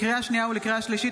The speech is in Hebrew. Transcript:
לקריאה שנייה ולקריאה שלישית,